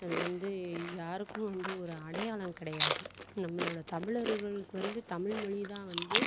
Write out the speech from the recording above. அது வந்து யாருக்கும் வந்து ஒரு அடையாளம் கிடையாது நம்மளோட தமிழர்களுக்கு வந்து தமிழ் மொழி தான் வந்து